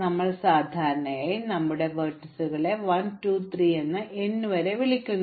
നമ്മൾ സാധാരണയായി നമ്മുടെ ലംബങ്ങളെ 1 2 3 എന്ന് n വരെ വിളിക്കുന്നു